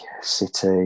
City